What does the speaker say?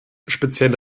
spezielle